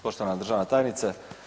Poštovana državna tajnice.